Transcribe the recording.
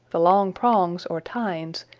the long prongs, or tines,